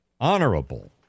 Honorable